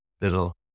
Little